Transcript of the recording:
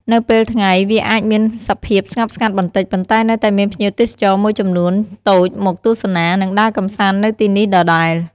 នៅពេលថ្ងៃ វាអាចមានសភាពស្ងប់ស្ងាត់បន្តិច ប៉ុន្តែនៅតែមានភ្ញៀវទេសចរមួយចំនួនតូចមកទស្សនា និងដើរកម្សាន្ដនៅទីនេះដដែល។